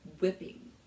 whipping